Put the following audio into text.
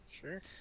Sure